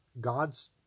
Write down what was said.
God's